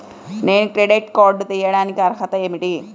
నేను credit card తీయడానికి అర్హత ఏమిటి?